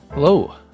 Hello